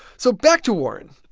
so back to warren.